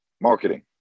marketing